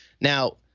Now